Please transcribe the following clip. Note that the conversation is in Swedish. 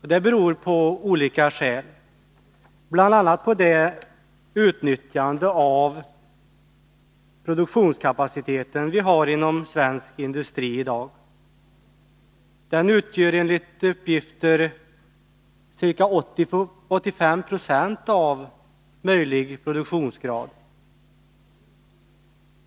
Detta beror bl.a. på det utnyttjande av produktionskapaciteten som vi har inom svensk industri i dag. Det utgör enligt uppgifter ca 85 720 av möjlig Nr 96 produktionsgrad.